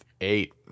eight